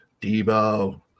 debo